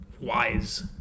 wise